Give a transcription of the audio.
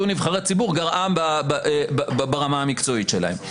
נבחרי ציבור גרע ברמה המקצועית שלהם.